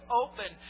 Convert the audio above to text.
open